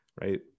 right